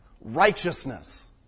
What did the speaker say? righteousness